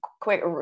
quick